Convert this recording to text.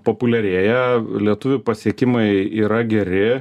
populiarėja lietuvių pasiekimai yra geri